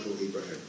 Abraham